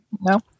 No